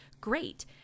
great